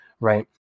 right